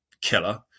killer